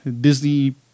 Disney